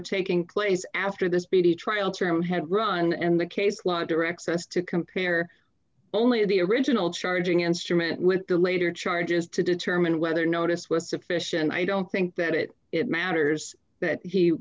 taking place after this bt trial term had run and the case law directs us to compare only the original charging instrument with the later charges to determine whether notice was sufficient i don't think that it matters that he